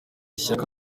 ishyaka